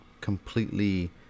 completely